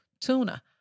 tuna